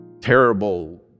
terrible